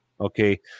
Okay